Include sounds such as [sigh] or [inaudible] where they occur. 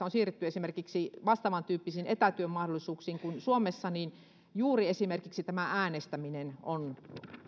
[unintelligible] on siirrytty esimerkiksi vastaavan tyyppisiin etätyömahdollisuuksiin kuin suomessa niin juuri esimerkiksi äänestäminen on